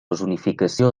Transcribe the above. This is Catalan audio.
zonificació